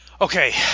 okay